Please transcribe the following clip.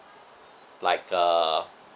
like a